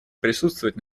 присутствовать